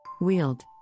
Wield